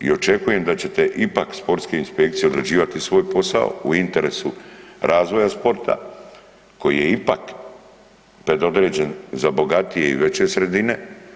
I očekujem da ćete ipak sportske inspekcije odrađivati svoj posao u interesu razvoja sporta koji je ipak preodređen za bogatije i veće sredine.